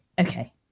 okay